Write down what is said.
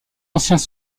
anciens